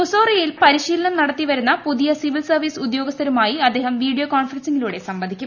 മുസൂറിയിൽ പരിശീലനം നടത്തിവരുന്ന പുതിയ സിവിൽ സർവീസ് ഉദ്യോഗസ്ഥുമായി അദ്ദേഹം വീഡിയോ കോൺഫറൻസിങ്ങിലൂടെ സംവദിക്കും